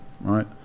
right